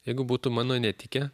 jeigu būtų mano netikę